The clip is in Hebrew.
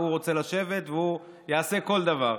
הוא רוצה לשבת והוא יעשה כל דבר.